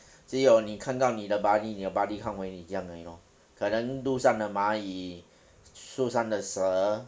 只有你看到你的 buddy 你的 buddy 看回你这样而已 lor 可能路上的蚂蚁树上的蛇